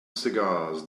cigars